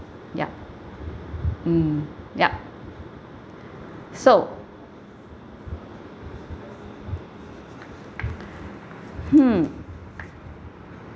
ya mm ya so hmm